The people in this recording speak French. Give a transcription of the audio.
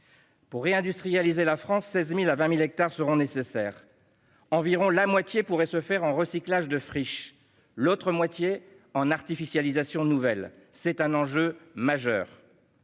Pour réindustrialiser la France, 16 000 à 20 000 hectares seront nécessaires. Environ la moitié pourrait provenir du recyclage de friches, l'autre moitié requerrait une artificialisation nouvelle. C'est un enjeu majeur